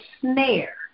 snare